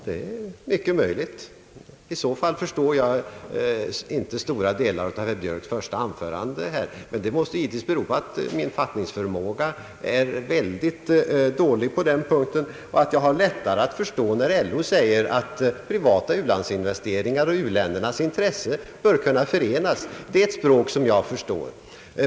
Det är mycket möjligt, men i så fall förstår jag inte en stor del av herr Björks första anförande. Detta måste givetvis bero på att min fattningsförmåga är synnerligen svag i det sammanhanget och att jag har lättare att förstå när LO säger att privata u-landsinvesteringar och u-ländernas intressen bör kunna förenas. Det är ett språk som jag förstår.